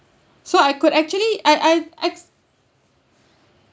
so I could actually I I ex~